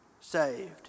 saved